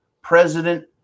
President